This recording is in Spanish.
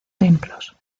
templos